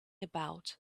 about